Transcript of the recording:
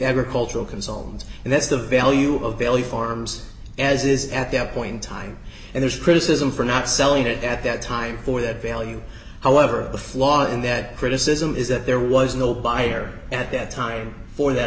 agricultural consultants and that's the value of bailey farms as is at that point time and there's criticism for not selling it at that time for that value however the flaw in that criticism is that there was no buyer at that time for that